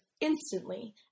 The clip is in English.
instantly